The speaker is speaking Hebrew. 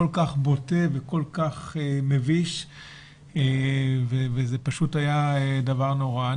כל כך בוטה וכל כך מביש וזה פשוט היה דבר נורא.